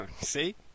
See